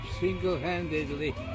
single-handedly